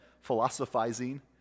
philosophizing